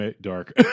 dark